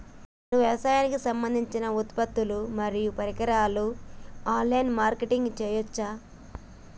నేను వ్యవసాయానికి సంబంధించిన ఉత్పత్తులు మరియు పరికరాలు ఆన్ లైన్ మార్కెటింగ్ చేయచ్చా?